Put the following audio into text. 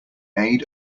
aid